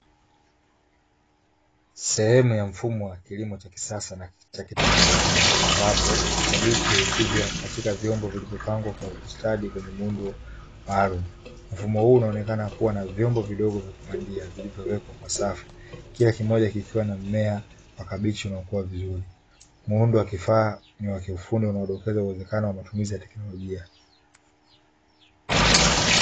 Sehemu ya mfumo wa kilimo cha kisasa na kiteknolojia, ambapo kabichi hukuzwa katika vyombo vilivyopangwa kwa ustadi kwenye muundo maalumu. Mfumo huu unaonekana kuwa na vyombo vidogo vya kupandia vilivyowekwa kwa safu, kila kimoja kikiwa na mmea wa kabichi unaokua vizuri. Muundo wa kifaa ni wa kiufundi unaoongeza uwezekano wa matumizi ya kiteknolojia.